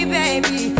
baby